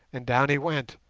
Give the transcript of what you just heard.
and down he went,